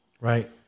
Right